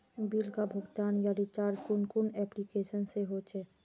Bill का भुगतान या रिचार्ज कुन कुन एप्लिकेशन से होचे?